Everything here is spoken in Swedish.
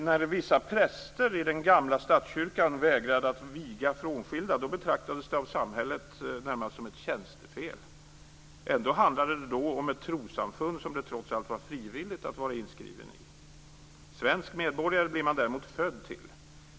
När vissa präster i den gamla statskyrkan vägrade att viga frånskilda betraktades det av samhället närmast som ett tjänstefel. Ändå handlade det då om ett trossamfund som det trots allt var frivilligt att vara inskriven i. Svensk medborgare blir man däremot född till.